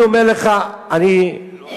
אני אומר לך, אני חושב